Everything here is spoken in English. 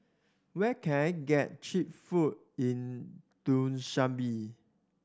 where can I get cheap food in Dushanbe